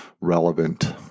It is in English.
relevant